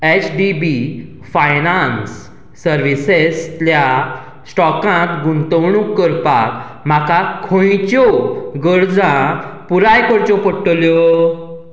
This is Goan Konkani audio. एच डी बी फायनान्स सर्विसेसांतल्या स्टॉकांत गुंतवणूक करपाक म्हाका खंयच्यो गरजो पुराय करच्यो पडटल्यो